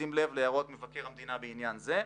ובשים לב להערות מבקר המדינה בעניין זה".